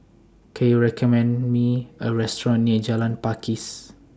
Can YOU recommend Me A Restaurant near Jalan Pakis